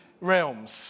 realms